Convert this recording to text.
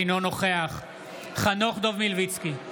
אינו נוכח חנוך דב מלביצקי,